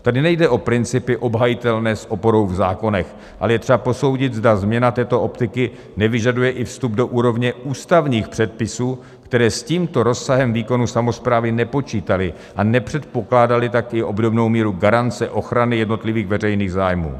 Tady nejde o principy obhajitelné s oporou v zákonech, ale je třeba posoudit, zda změna této optiky nevyžaduje i vstup do úrovně ústavních předpisů, které s tímto rozsahem výkonů samosprávy nepočítaly a nepředpokládaly také obdobnou míru garance ochrany jednotlivých veřejných zájmů.